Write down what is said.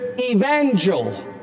Evangel